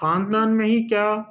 خاندان میں ہی کیا